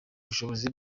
bushobozi